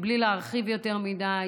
בלי להרחיב יותר מדי,